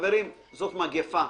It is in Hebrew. חברים, זאת מגפה.